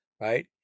right